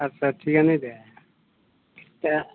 आस्सा थिखआनो दे दा